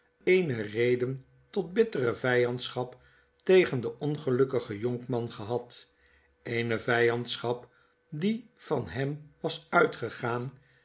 eene reden tot bittere vyandschap tegen den ongelukkigen jonkman gehad eene vyandschap die van hem was uitgegaan